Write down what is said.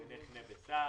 מתקני חנה וסע.